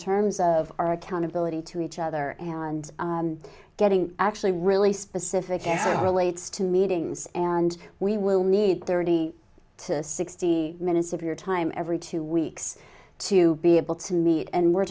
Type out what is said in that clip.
terms of our accountability to each other and getting actually really specific as relates to meetings and we will need thirty to sixty minutes of your time every two weeks to be able to meet and we're